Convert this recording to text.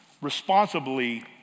responsibly